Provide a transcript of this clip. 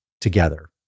together